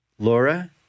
Laura